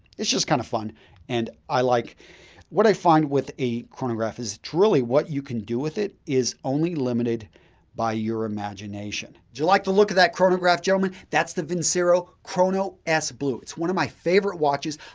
it's just kind of fun and i like what i find with a chronograph is really what you can do with it is only limited by your imagination. do you like the look at that chronograph, gentlemen? that's the vincero chrono s blue. it's one of my favorite watches.